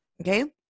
Okay